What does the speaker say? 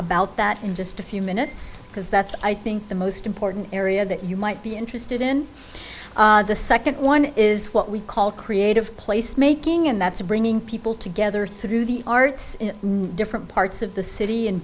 about that in just a few minutes because that's i think the most important area that you might be interested in the second one is what we call creative place making and that's bringing people together through the arts in different parts of the city and